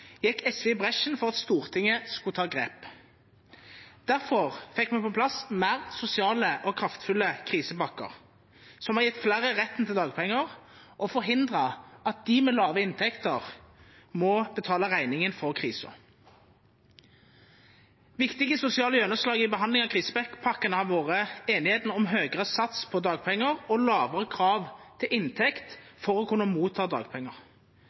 gikk SV i bresjen for at Stortinget skulle ta grep. Derfor fikk vi på plass mer sosiale og kraftfulle krisepakker, som har gitt flere retten til dagpenger og forhindret at de med lave inntekter må betale regningen for krisen. Viktige sosiale gjennomslag i behandling av krisepakkene har vært enigheten om høyere sats på dagpenger og lavere krav til inntekt for å kunne motta dagpenger.